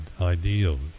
ideals